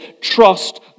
trust